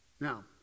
Now